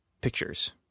pictures